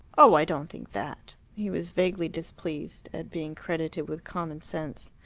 oh, i don't think that. he was vaguely displeased at being credited with common-sense.